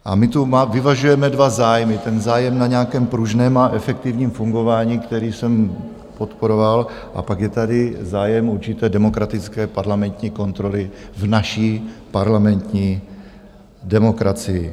A my tu vyvažujeme dva zájmy zájem na nějakém pružném a efektivním fungování, který jsem podporoval, a pak je tady zájem určité demokratické parlamentní kontroly v naší parlamentní demokracii.